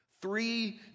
Three